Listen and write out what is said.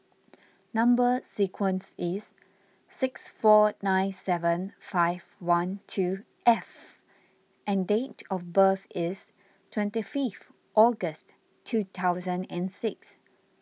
Number Sequence is six four nine seven five one two F and date of birth is twenty fifth August two thousand and six